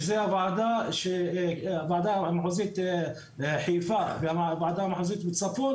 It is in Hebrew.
שזו הוועדה המחוזית חיפה והוועדה המחוזית בצפון